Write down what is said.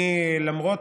למרות